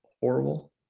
horrible